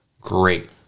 Great